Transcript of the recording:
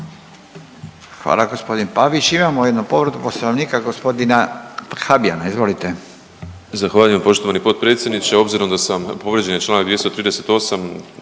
Hvala g. Pavić. Imamo jednu povredu Poslovnika g. Habijana, izvolite.